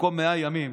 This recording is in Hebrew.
במקום 100 ימים,